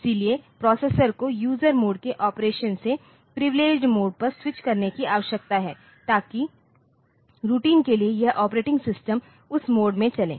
इसलिए प्रोसेसर को user mode के ऑपरेशन से प्रिविलेडगेड मोड पर स्विच करने की आवश्यकता है ताकि रूटीन के लिए यह ऑपरेटिंग सिस्टम उस मोड में चले